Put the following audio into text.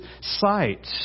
sight